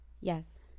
Yes